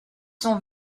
sont